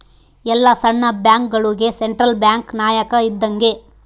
ಎಲ್ಲ ಸಣ್ಣ ಬ್ಯಾಂಕ್ಗಳುಗೆ ಸೆಂಟ್ರಲ್ ಬ್ಯಾಂಕ್ ನಾಯಕ ಇದ್ದಂಗೆ